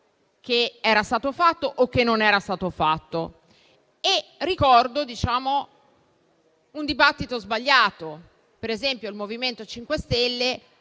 che era stato fatto o che non era stato fatto. E ricordo un dibattito sbagliato: per esempio il MoVimento 5 Stelle